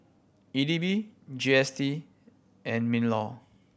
E D B G S T and MinLaw